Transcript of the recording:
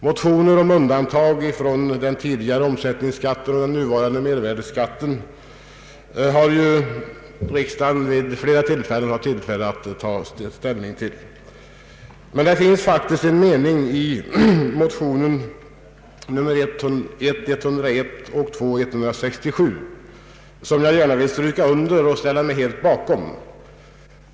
Motioner om undantag från den tidigare omsättningsskatten och den nuvarande mervärdeskatten har riksdagen flera gånger haft tillfälle att ta ställning till. Men det finns faktiskt en mening i motionerna I: 101 och II: 167 som jag gärna vill stryka under och ställa mig helt bakom.